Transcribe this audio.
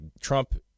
Trump